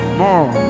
more